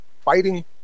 Fighting